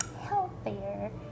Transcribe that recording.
healthier